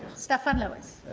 steffan lewis.